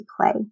play